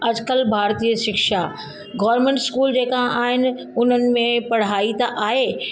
अजुकल्ह ॿार जी शिक्षा गोरमेंट इस्कूल जेका आहिनि उन्हनि में पढ़ाई त आहे